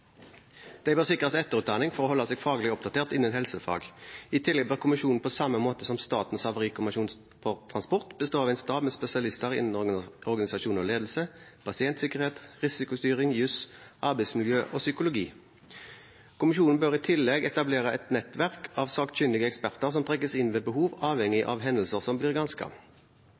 bør sikres etterutdanning for å holde seg faglig oppdatert innen helsefag. I tillegg bør kommisjonen på samme måte som Statens havarikommisjon for transport bestå av en stab med spesialister innen organisasjon og ledelse, pasientsikkerhet, risikostyring, jus, arbeidsmiljø og psykologi. Kommisjonen bør i tillegg etablere et nettverk av sakkyndige eksperter som trekkes inn ved behov, avhengig av hendelser som blir